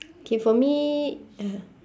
okay for me